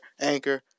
Anchor